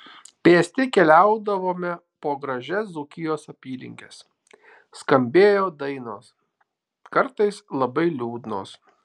pėsti keliaudavome po gražias dzūkijos apylinkes skambėjo dainos kartais labai liūdnos